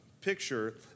picture